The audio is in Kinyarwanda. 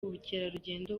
ubukerarugendo